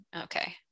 okay